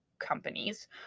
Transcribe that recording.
companies